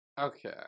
okay